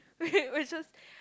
we just